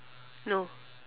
no